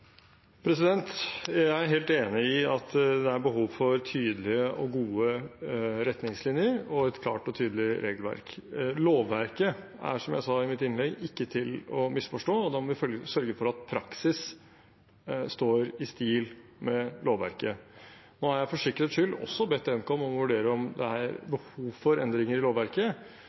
er helt enig i at det er behov for tydelige og gode retningslinjer og et klart og tydelig regelverk. Lovverket er, som jeg sa i mitt innlegg, ikke til å misforstå, og da må vi sørge for at praksis står i stil med lovverket. Nå har jeg for sikkerhets skyld også bedt Nkom vurdere om det er behov for endringer i lovverket,